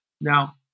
Now